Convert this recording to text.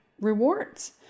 rewards